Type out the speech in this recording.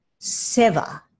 Seva